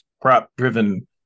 prop-driven